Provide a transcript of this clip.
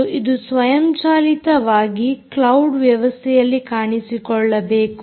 ಮತ್ತು ಇದು ಸ್ವಯಂಚಾಲಿತವಾಗಿ ಕ್ಲೌಡ್ ವ್ಯವಸ್ಥೆಯಲ್ಲಿ ಕಾಣಿಸಿಕೊಳ್ಳಬೇಕು